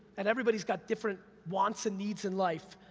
and everybody's got different wants and needs in life,